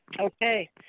okay